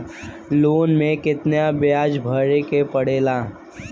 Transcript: Loan के कितना ब्याज भरे के पड़े ला?